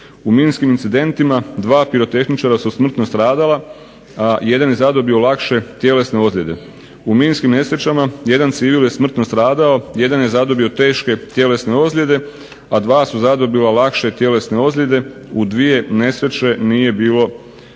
U minskim incidentima dva pirotehničara su smrtno stradala, a jedan je zadobio lakše tjelesne ozljede. U minskim nesrećama jedan civil je smrtno stradalo, jedan je zadobio teške tjelesne ozljede, a dva su zadobila lakše tjelesne ozljede, u dvije nesreće nije bilo